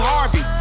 Harvey